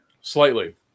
slightly